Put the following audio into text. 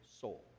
soul